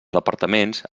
departaments